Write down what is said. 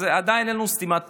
אז עדיין אין לנו סתימת פיות,